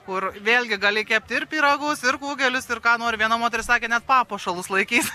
kur vėlgi gali kepti pyragus kugelius ir ką nori viena moteris sakė net papuošalus laikys